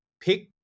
Pick